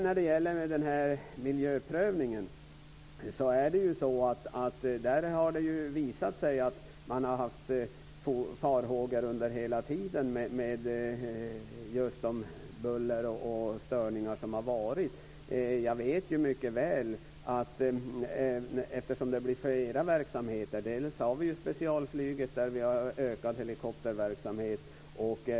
När det gäller miljöprövningen kan jag säga att det har visat sig att man hela tiden har haft farhågor gällande det buller och de störningar som har förekommit. Det blir flera verksamheter. Vi har specialflyget, där det blir ökad helikopterverksamhet.